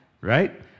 right